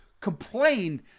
complained